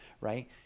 right